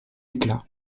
éclats